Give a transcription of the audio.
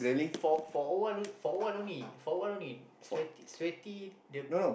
for for a while for a while only for a while only sweaty sweaty the